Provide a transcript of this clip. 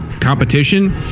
competition